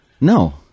No